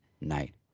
night